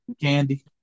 Candy